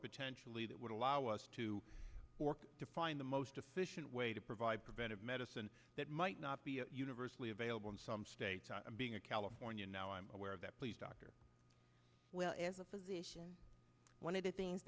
potentially that would allow us to work to find the most efficient way to provide preventive medicine that might not be universally available in some states are being a californian now i'm aware of that please dr well as a physician one of the things